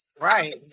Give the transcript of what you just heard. Right